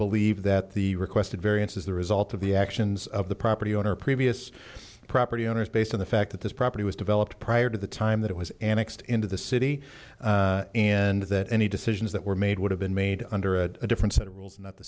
believe that the requested variance is the result of the actions of the property owner previous property owners based on the fact that this property was developed prior to the time that it was annexed into the city and that any decisions that were made would have been made under a different set of rules and that the